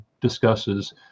discusses